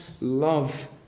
love